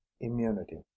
immunity